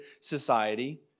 society